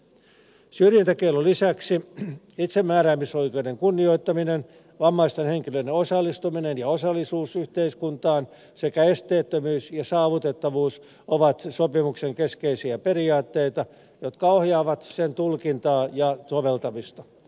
syrjintäkiellon lisäksi itsemääräämisoikeuden kunnioittaminen vammaisten henkilöiden osallistuminen ja osallisuus yhteiskuntaan sekä esteettömyys ja saavutettavuus ovat sopimuksen kes keisiä periaatteita jotka ohjaavat sen tulkintaa ja soveltamista